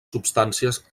substàncies